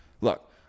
Look